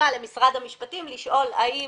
למשרד המשפטים לשאול האם